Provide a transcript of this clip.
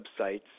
websites